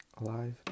alive